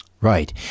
Right